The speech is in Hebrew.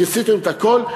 כיסיתם את הכול,